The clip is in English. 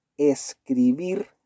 escribir